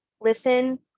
listen